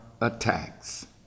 attacks